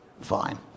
fine